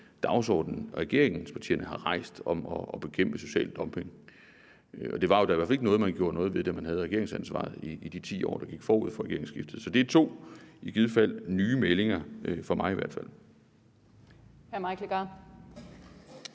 regeringen har rejst om at bekæmpe social dumping. Det var i hvert fald ikke noget, man gjorde noget ved, da man havde regeringsansvaret i de 10 år, der gik forud for regeringsskiftet. Så det er i givet fald to nye meldinger – i hvert fald